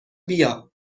بیا